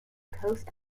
coast